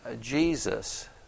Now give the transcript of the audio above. Jesus